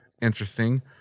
interesting